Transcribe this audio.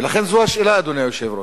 ולכן זו השאלה, אדוני היושב-ראש.